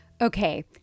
Okay